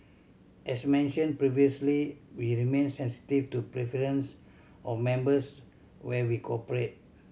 as mentioned previously we remain sensitive to preference of members where we operate